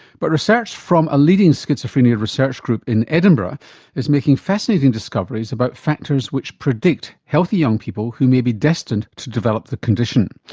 but research from a leading schizophrenia research group in edinburgh is making fascinating discoveries about factors which predict healthy young people who may be destined to develop the condition.